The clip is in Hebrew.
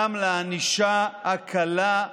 גם לענישה הקלה,